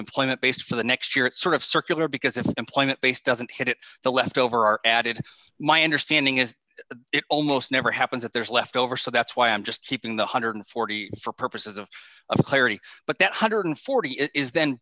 employment based for the next year sort of circular because if employment based doesn't hit it the left over are added my understanding is it almost never happens if there's left over so that's why i'm just keeping the one hundred and forty for purposes of of clarity but that one hundred and forty it is then